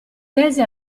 tese